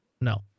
No